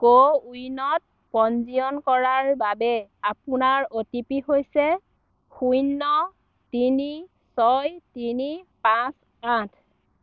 কো ৱিনত পঞ্জীয়ন কৰাৰ বাবে আপোনাৰ অ'টিপি হৈছে শূন্য তিনি ছয় তিনি পাঁচ আঠ